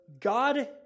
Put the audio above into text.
God